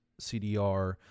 CDR